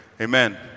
Amen